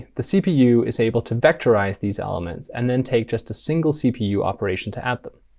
the cpu is able to vectorize these elements and then take just a single cpu operation to add them.